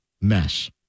mess